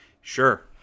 Sure